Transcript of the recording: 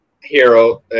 hero